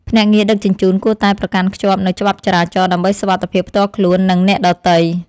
ភ្នាក់ងារដឹកជញ្ជូនគួរតែប្រកាន់ខ្ជាប់នូវច្បាប់ចរាចរណ៍ ដើម្បីសុវត្ថិភាពផ្ទាល់ខ្លួននិងអ្នកដទៃ។